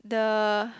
the